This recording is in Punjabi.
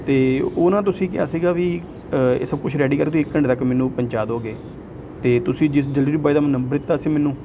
ਅਤੇ ਉਹ ਨਾ ਤੁਸੀਂ ਕਿਹਾ ਸੀਗਾ ਵੀ ਇਹ ਸਭ ਕੁਛ ਰੈਡੀ ਕਰ ਕੇ ਤੁਸੀਂ ਇੱਕ ਘੰਟੇ ਤੱਕ ਮੈਨੂੰ ਪਹੁੰਚਾ ਦੋਗੇ ਅਤੇ ਤੁਸੀਂ ਜਿਸ ਡਿਲੀਵਰੀ ਬੁਆਏ ਦਾ ਮੈਨੂੰ ਨੰਬਰ ਦਿੱਤਾ ਸੀ ਮੈਨੂੰ